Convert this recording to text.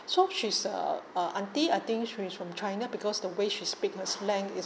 so she's uh uh aunty I think she is from china because the way she speak her slang is